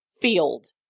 field